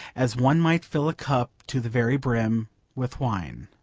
as one might fill a cup to the very brim with wine.